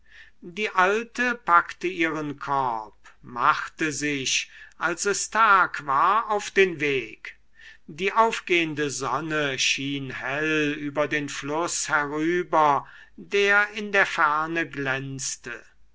die alte packte ihren korb und machte sich als es tag war auf den weg die aufgehende sonne schien hell über den fluß herüber der in der ferne glänzte